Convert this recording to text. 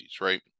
right